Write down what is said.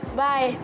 bye